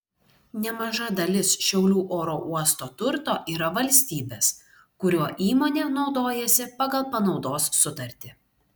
nemaža dalis šiaulių oro uosto turto yra valstybės kuriuo įmonė naudojasi pagal panaudos sutartį